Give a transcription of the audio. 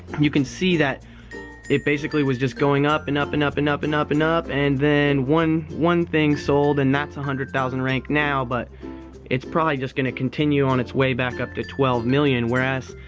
you can see that it basically was just going up and up and up and up and up and up and then one one thing sold and that's a one hundred thousand rank now but it's probably just going to continue on its way back up to twelve million. whereas,